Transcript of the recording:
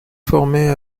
former